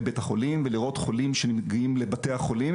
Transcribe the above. בית החולים ולראות חולים שמגיעים לבתי החולים.